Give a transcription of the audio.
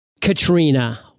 Katrina